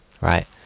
right